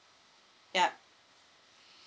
yup